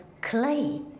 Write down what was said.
clay